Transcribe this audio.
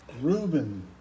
Reuben